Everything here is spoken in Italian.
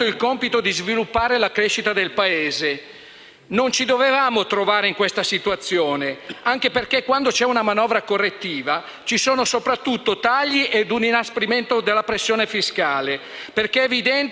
ci sono soprattutto tagli e un inasprimento della pressione fiscale, perché è evidente che i soldi da qualche parte si devono trovare. E i cittadini devono sapere che variamo questa manovrina